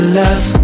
love